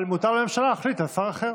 אבל מותר לממשלה להחליט על שר אחר,